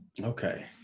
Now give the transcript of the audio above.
Okay